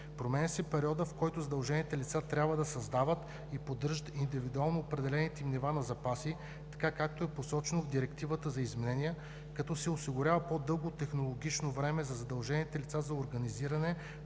променя се периодът, в който задължените лица трябва да създават и поддържат индивидуално определените им нива на запаси, така, както е посочено в Директивата за изменение, като се осигурява по-дълго технологично време за задължените лица за организиране